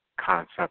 concept